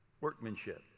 workmanship